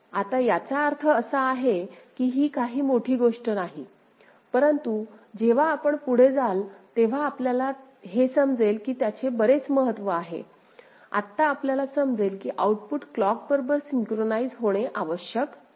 आता याचा अर्थ असा आहे की ही काही मोठी गोष्ट नाही परंतु जेव्हा आपण पुढे जाल तेव्हा आपल्याला हे समजेल की त्याचे बरेच महत्त्व आहे आत्ता आपल्याला समजेल की आऊटपुट क्लॉकबरोबर सिंक्रोनाइझ होणे आवश्यक नाही